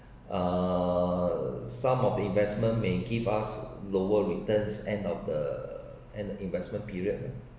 err some of the investment may give us lower returns end of the end of investment period